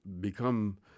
become